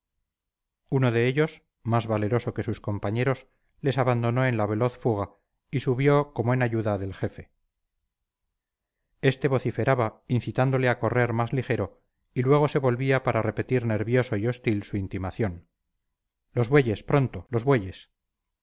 uno de ellos más valeroso que sus compañeros les abandonó en la veloz fuga y subió como en ayuda del jefe este vociferaba incitándole a correr más ligero y luego se volvía para repetir nervioso y hostil su intimación los bueyes pronto los bueyes